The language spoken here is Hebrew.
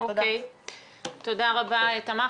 תודה רבה, תמר.